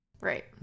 right